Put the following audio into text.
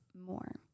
more